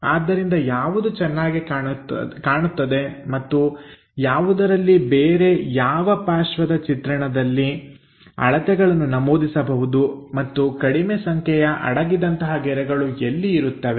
ಆದ್ದರಿಂದ ಯಾವುದು ಚೆನ್ನಾಗಿ ಕಾಣುತ್ತದೆ ಮತ್ತು ಯಾವುದರಲ್ಲಿ ಬೇರೆ ಯಾವ ಪಾರ್ಶ್ವದ ಚಿತ್ರಣದಲ್ಲಿ ಅಳತೆಗಳನ್ನು ನಮೂದಿಸಬಹುದು ಮತ್ತು ಕಡಿಮೆ ಸಂಖ್ಯೆಯ ಅಡಗಿದಂತಹ ಗೆರೆಗಳು ಎಲ್ಲಿ ಇರುತ್ತವೆ